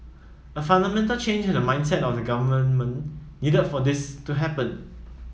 a fundamental change in the mindset of the government needed for this to happen